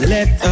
Let